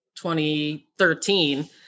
2013